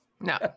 no